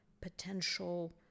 potential